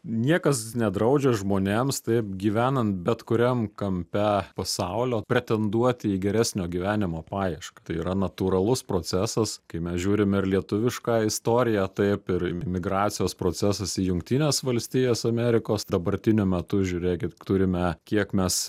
niekas nedraudžia žmonėms taip gyvenant bet kuriam kampe pasaulio pretenduoti į geresnio gyvenimo paiešką tai yra natūralus procesas kai mes žiūrim ir lietuvišką istoriją taip ir migracijos procesas į jungtines valstijas amerikos dabartiniu metu žiūrėkit turime kiek mes